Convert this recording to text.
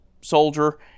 soldier